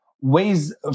ways